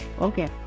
Okay